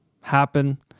happen